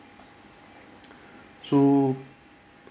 so